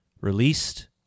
Released